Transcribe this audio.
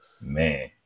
man